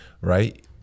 right